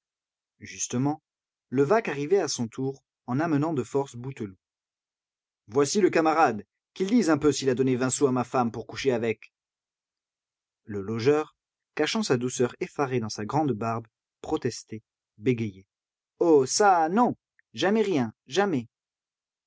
justement levaque arrivait à son tour en amenant de force bouteloup voici le camarade qu'il dise un peu s'il a donné vingt sous à ma femme pour coucher avec le logeur cachant sa douceur effarée dans sa grande barbe protestait bégayait oh ça non jamais rien jamais